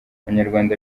abanyarwanda